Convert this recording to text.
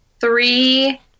three